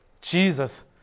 Jesus